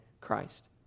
Christ